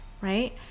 right